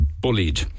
bullied